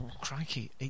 Crikey